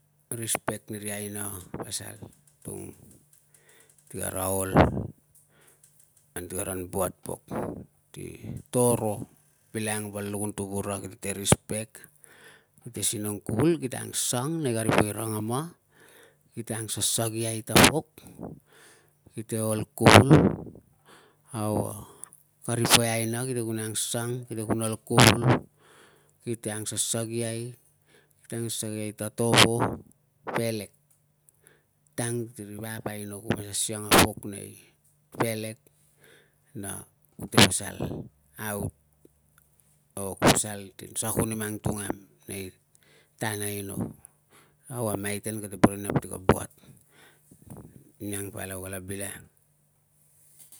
Respect niri aina ka pasal tung ti kara ol anti karan buat pok ti to ro bilangang val lukun tuvura kite respect, kite sinong kuvul, kite ang sang nei kari poi rangama, kite angsasagiai ta pok, kite ol kuvul au kari poi aina kite kun ang sang, kite kun ol kuvul, kite angsasagiai, kite angsasagiai ta tovo pelek, a dang ti ri vap aino. Ku mas asiang na pok nei pelek na kute pasal aut or kute pasal tin sangu ni mang tungam nei tan aino. Au a maiten kate boro i nap ti ka buat. Nang palau kala bilangang.